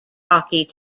hockey